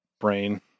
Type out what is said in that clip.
brain